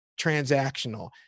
transactional